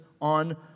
on